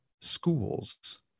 schools